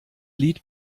lied